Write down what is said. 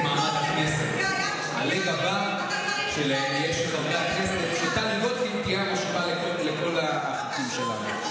השרים בכלל לא טורחים להגיע ולענות על הצעות חוק שקשורות למשרד שלהם.